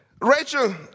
Rachel